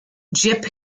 jip